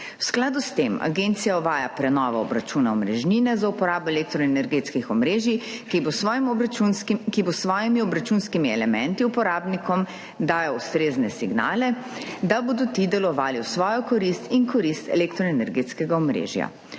V skladu s tem agencija uvaja prenovo obračuna omrežnine za uporabo elektroenergetskih omrežij, ki bo s svojimi obračunskimi elementi uporabnikom dajal ustrezne signale, da bodo ti delovali v svojo korist in korist elektroenergetskega omrežja.